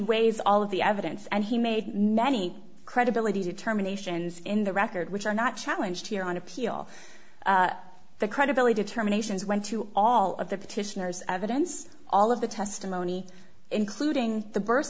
weighs all of the evidence and he made many credibility determinations in the record which are not challenge here on appeal the credibility determinations went to all of the petitioners evidence all of the testimony including the birth